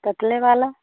पतला वाला